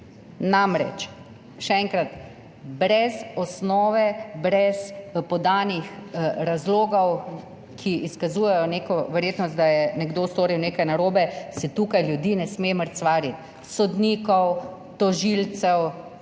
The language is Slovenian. Namreč, še enkrat, brez osnove, brez podanih razlogov, ki izkazujejo neko verjetnost, da je nekdo storil nekaj narobe, se tukaj ljudi ne sme mrcvariti, sodnikov, tožilcev,